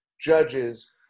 judges